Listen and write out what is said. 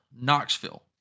Knoxville